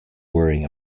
worrying